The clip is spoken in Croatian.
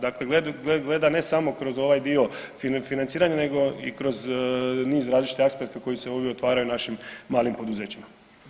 Dakle, gleda ne samo kroz ovaj dio financiranja, nego i kroz niz različitih aspekta koji se ovim otvaraju našim malim poduzećima.